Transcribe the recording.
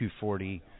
240